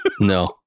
No